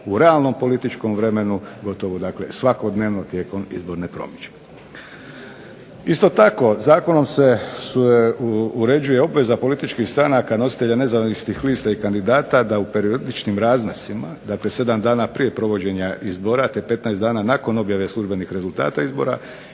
u realnom političkom vremenu gotovo dakle svakodnevno tijekom izborne promidžbe. Isto tako, zakonom se uređuje obveza političkih stranaka nositelja nezavisnih lista i kandidata da u periodičnim razmacima, dakle sedam dana prije provođenja izbora, te petnaest dana nakon objave službenih rezultata izbora